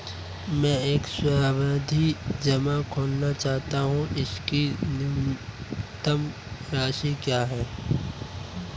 मैं एक सावधि जमा खोलना चाहता हूं इसकी न्यूनतम राशि क्या है?